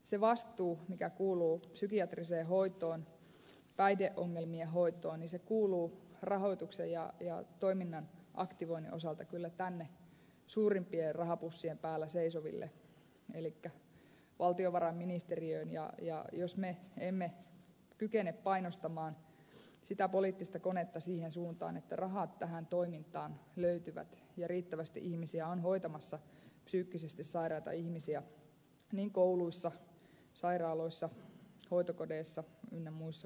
se vastuu mikä kuuluu psykiatriseen hoitoon ja päihdeongelmien hoitoon kuuluu rahoituksen ja toiminnan aktivoinnin osalta kyllä tänne suurimpien rahapussien päällä seisoville elikkä valtiovarainministeriöön ja jos me emme kykene painostamaan sitä poliittista konetta siihen suuntaan että rahat tähän toimintaan löytyvät ja riittävästi ihmisiä on hoitamassa psyykkisesti sairaita ihmisiä niin kouluissa sairaaloissa hoitokodeissa ynnä muuta